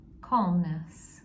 calmness